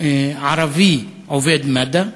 הערבי עובד מד"א,